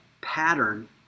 pattern